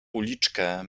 uliczkę